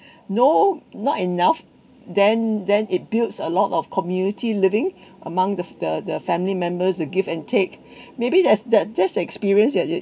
no not enough then then it builds a lot of community living among the the the family members the give and take maybe that's that just experienced that